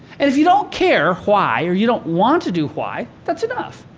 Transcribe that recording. and if you don't care why, or you don't want do why, that's enough.